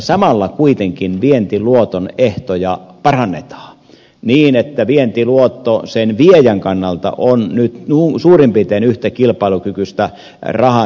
samalla kuitenkin vientiluoton ehtoja parannetaan niin että vientiluotto sen viejän kannalta on nyt suurin piirtein yhtä kilpailukykyistä rahaa